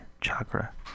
Chakra